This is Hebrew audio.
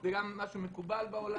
זה גם מה שמקובל בעולם.